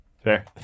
Fair